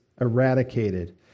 eradicated